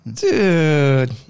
Dude